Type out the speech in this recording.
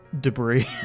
debris